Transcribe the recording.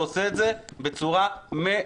ועושה את זה בצורה מעולה.